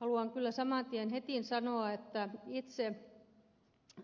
haluan kyllä saman tien heti sanoa että itse